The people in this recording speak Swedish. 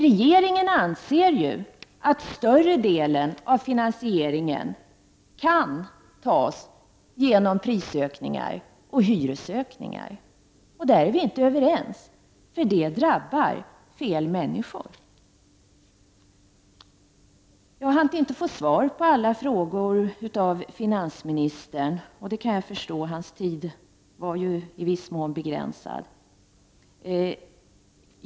Regeringen anser att större delen av finansieringen kan ske genom prisökningar och hyreshöjningar. Där är vi inte överens, eftersom vi menar att det drabbar fel människor. Jag hann inte få svar på alla frågor jag ställde till finansministern, och det kan jag förstå, eftersom hans tid var i viss mån begränsad.